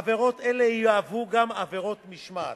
עבירות אלה יהוו גם עבירות משמעת.